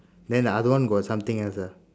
then the other one got something else ah